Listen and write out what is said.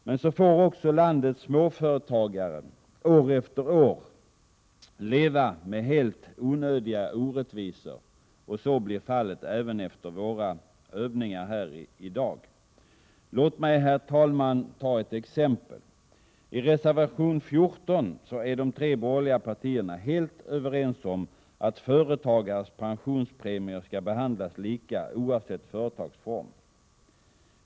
Men så får landets småföretagare också år efter år leva med helt onödiga orättvisor, och så blir fallet även efter våra övningar här i dag. Låt mig, herr talman, ta ett exempel. I reservation 14 är de tre borgerliga partierna helt överens om att företagares pensionspremier skall behandlas lika oavsett företagsform.